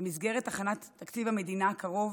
במסגרת הכנת תקציב המדינה הקרוב,